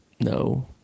no –